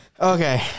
Okay